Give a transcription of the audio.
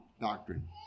doctrine